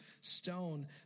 stone